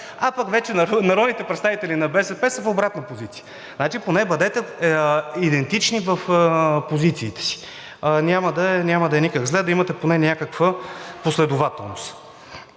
а пък народните представители на БСП са в обратната позиция? Поне бъдете идентични в позициите си. Няма да е никак зле поне да имате някаква последователност.